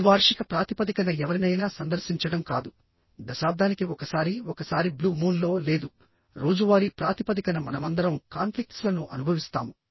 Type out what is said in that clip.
ఇది వార్షిక ప్రాతిపదికన ఎవరినైనా సందర్శించడం కాదు దశాబ్దానికి ఒకసారి ఒకసారి బ్లూ మూన్ లో లేదు రోజువారీ ప్రాతిపదికన మనమందరం కాన్ఫ్లిక్ట్స్లను అనుభవిస్తాము